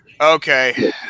Okay